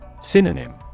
Synonym